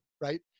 right